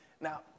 Now